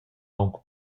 aunc